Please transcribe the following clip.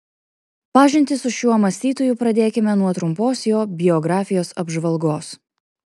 pažintį su šiuo mąstytoju pradėkime nuo trumpos jo biografijos apžvalgos